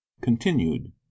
continued